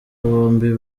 bombi